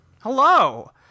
Hello